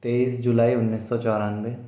तीस जुलाई उन्नीस सौ चौरानवे